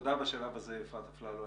תודה בשלב הזה, אפרת אפללו.